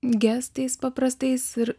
gestais paprastais ir